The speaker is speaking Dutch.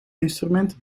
instrumenten